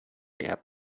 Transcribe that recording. their